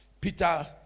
Peter